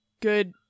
Good